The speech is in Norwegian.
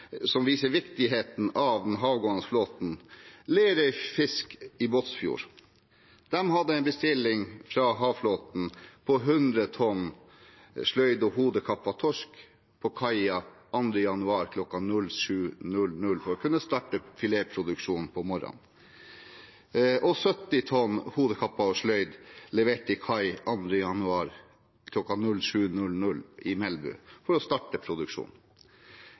som viser viktigheten av den havgående flåten, er Lerøy Norway Seafoods i Båtsfjord. De hadde en bestilling til havflåten på 100 tonn sløyd og hodekappet torsk på kaia 2. januar kl. 07.00 for å kunne starte filetproduksjon på morgenen – og 70 tonn hodekappet og sløyd fisk levert til kai 2. januar kl. 07.00 i Melbu for å kunne starte